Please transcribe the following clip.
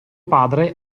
padre